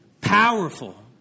powerful